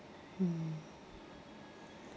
mm